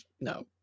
No